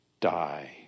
die